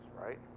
right